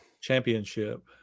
Championship